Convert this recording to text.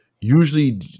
usually